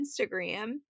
Instagram